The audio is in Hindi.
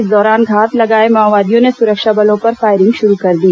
इसी दौरान घात लगाए माओवादियों ने सुरक्षा बलों पर फायरिंग शुरू कर दी